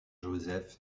joseph